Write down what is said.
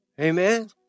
Amen